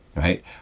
Right